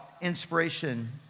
inspiration